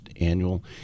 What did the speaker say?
annual